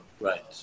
Right